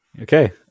Okay